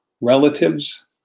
relatives